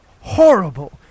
horrible